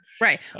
Right